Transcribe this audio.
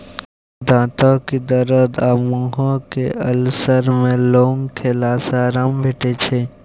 दाँतक दरद आ मुँहक अल्सर मे लौंग खेला सँ आराम भेटै छै